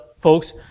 folks